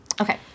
okay